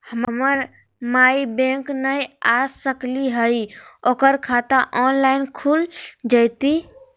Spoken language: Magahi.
हमर माई बैंक नई आ सकली हई, ओकर खाता ऑनलाइन खुल जयतई?